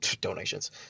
donations